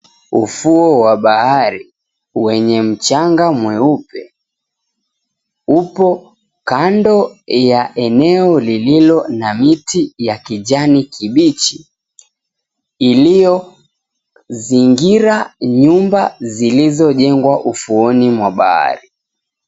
Ufuo wa bahari, wenye mchanga mweupe. Upo kando ya bahari ya eneo lililo na miti ya kijani kibichi. Iliyozingira nyumba zilizojengwa ufuoni mwa bahari.